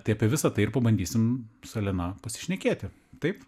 tai apie visą tai ir pabandysim su elena pasišnekėti taip